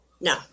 No